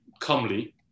comely